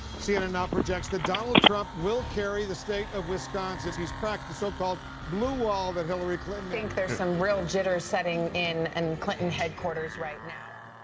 cnn now projects that donald trump will carry the state of wisconsin he's cracked the so-called blue wall that hillary clinton think there's some real jitters setting in and clinton headquarters right now